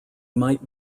might